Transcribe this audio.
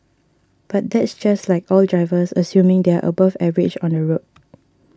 but that's just like all drivers assuming they are above average on the road